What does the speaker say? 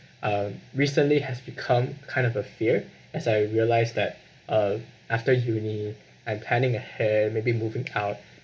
um recently has become kind of a fear as I realised that uh after uni and planning ahead maybe moving out